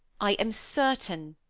i am certain,